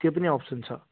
त्यो पनि अप्सन छ